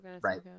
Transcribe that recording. right